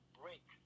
break